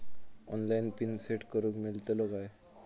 Online PIN set करूक मेलतलो काय?